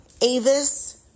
Avis